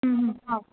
हम्म हा